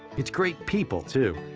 it's great people too.